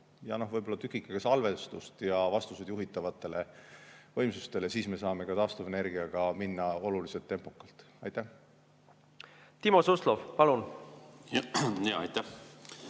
ja võib-olla tükike ka salvestust, ja vastused juhitavatele võimsustele. Siis me saame ka taastuvenergiaga minna oluliselt tempokamalt edasi. Timo Suslov, palun! Timo